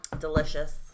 Delicious